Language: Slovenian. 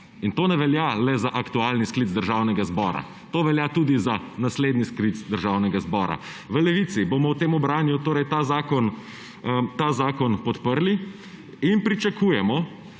In to ne velja le za aktualni sklic Državnega zbora, to velja tudi za naslednji sklic Državnega zbora. V Levici bomo v tem branju torej ta zakon podprli in pričakujemo,